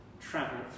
travel